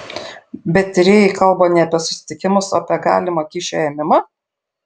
bet tyrėjai kalba ne apie susitikimus o apie galimą kyšio ėmimą